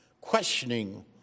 questioning